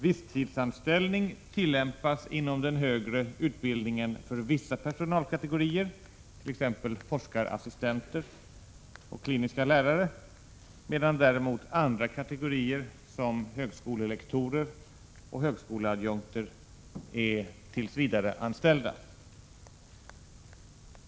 Visstidsanställning tillämpas inom den högre utbildningen för vissa personalkategorier, t.ex. forskarassistenter och kliniska lärare, medan däremot andra kategorier såsom högskolelektorer och högskoleadjunkter är tillsvidareanställda.